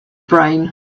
brain